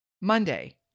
Monday